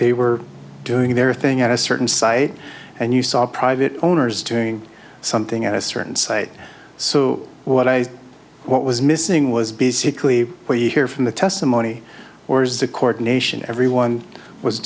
they were doing their thing at a certain site and you saw private owners doing something at a certain site so what i say what was missing was basically what you hear from the testimony or as a court nation everyone was